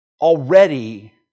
already